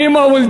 אלי מא וולדו,